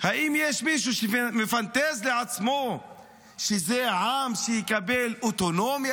האם יש מישהו שמפנטז לעצמו שזה עם שיקבל אוטונומיה,